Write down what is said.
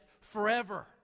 forever